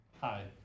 Hi